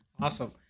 Awesome